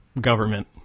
government